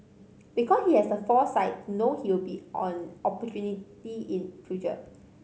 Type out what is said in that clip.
because he has the foresight know he will be an opportunity in future